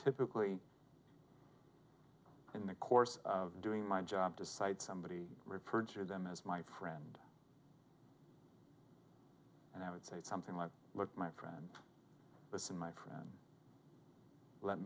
typically in the course of doing my job decide somebody referred to them as my friend and i would say something like look my friend listen my friend let